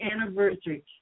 anniversary